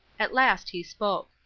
at last he spoke